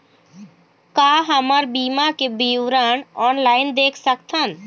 का हमर बीमा के विवरण ऑनलाइन देख सकथन?